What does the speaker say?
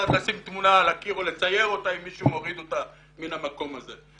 לדעת לשים תמונה על הקיר או לצייר אותה אם מישהו מוריד אותה מהמקום הזה.